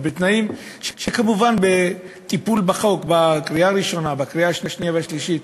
ובתנאים שנקבע אותם כמובן בחוק בקריאה הראשונה ובקריאה השנייה והשלישית,